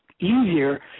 easier